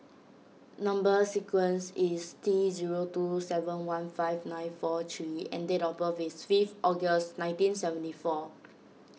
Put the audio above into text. Number Sequence is T zero two seven one five nine four three H and date of birth is fifth August nineteen seventy four